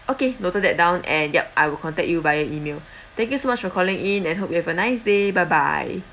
okay noted that down and yup I will contact you via email thank you so much for calling in and hope you have a nice day bye bye